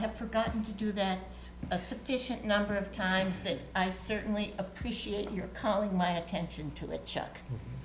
have forgotten to do that a sufficient number of times that i certainly appreciate your calling my attention to the ch